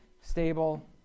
stable